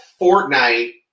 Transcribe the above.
Fortnite